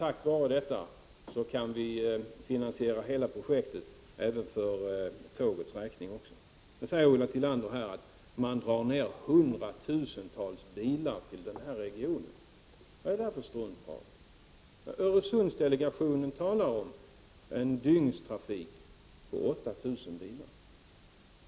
Tack vare detta kan hela projektet finansieras, även när det gäller tåget. Nu säger Ulla Tillander att hundratusentals bilar dras ned till regionen. Vad är det för struntprat? Öresundsdelegationen talar om en dygnstrafik på 8 000 bilar.